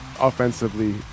offensively